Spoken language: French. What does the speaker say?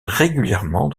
régulièrement